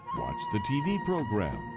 watch the tv program,